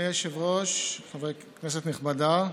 אדוני היושב-ראש, כנסת נכבדה,